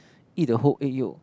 eat the whole egg yolk